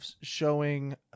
showing